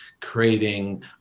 creating